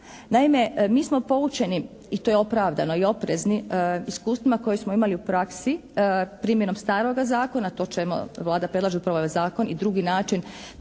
Naime, mi smo poučeni i to je opravdano i oprezni iskustvima koja smo imali u praksi primjenom staroga zakona, to čujemo Vlada predlaže upravo ovaj zakon i drugi način